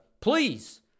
Please